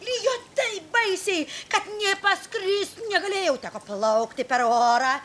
lijo taip baisiai kad nė paskrist negalėjau teko plaukti per orą